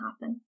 happen